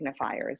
signifiers